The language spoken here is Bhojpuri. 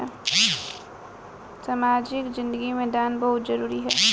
सामाजिक जिंदगी में दान बहुत जरूरी ह